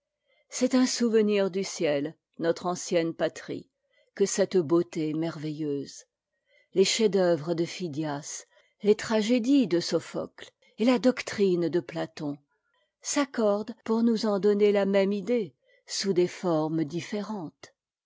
c'est un souvenir du ciel notre ancienne patrie que cette beauté merveilleuse les chefs-d'œuvre de phidias les tragédies de sophocle et la doctrine de platon s'accordent pour nous en donner la même idée sous des formes différentes